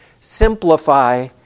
simplify